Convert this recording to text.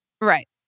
right